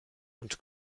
und